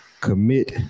commit